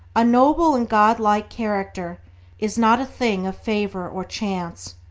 a noble and godlike character is not a thing of favour or chance,